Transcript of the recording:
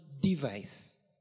device